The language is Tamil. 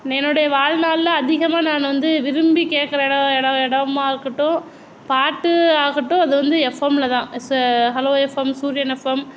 என்னுடைய வாழ்நாளில் அதிகமாக நான் வந்து விரும்பி கேட்குற இடம் இடமா இருக்கட்டும் பாட்டு ஆகட்டும் அது வந்து எஃப்எம்மில் தான் ஹலோ எஃப்எம் சூர்யன் எஃப்எம்